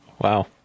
Wow